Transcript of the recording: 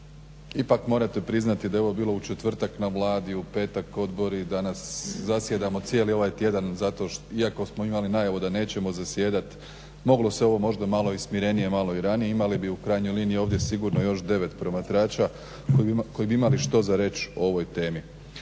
ipak morate priznati da je ovo bilo u četvrtak na Vladi, u petak odbori, danas zasjedamo cijeli ovaj tjedan zato, iako smo imali najavu da nećemo zasjedat. Moglo se ovo možda malo i smirenije, malo i ranije. Imali bi u krajnjoj liniji ovdje sigurno još 9 promatrača koji bi imali što za reć o ovoj temi.